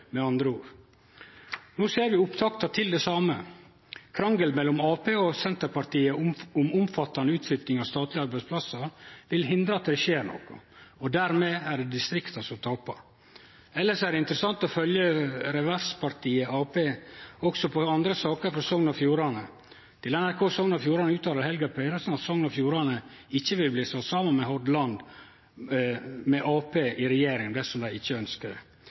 med andre ord. No ser vi opptakta til det same. Krangel mellom Arbeidarpartiet og Senterpartiet om omfattande utflyttingar av statlege arbeidsplassar vil hindre at det skjer noko, og dermed er det distrikta som taper. Elles er det interessant å følgje reverspartiet Arbeidarpartiet også i andre saker i Sogn og Fjordane. Til NRK Sogn og Fjordane uttalte Helga Pedersen at Sogn og Fjordane ikkje vil bli slått saman med Hordaland med Arbeidarpartiet i regjering dersom dei ikkje